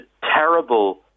terrible